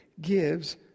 gives